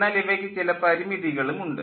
എന്നാൽ ഇവയ്ക്ക് ചില പരിമിതികളും ഉണ്ട്